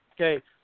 Okay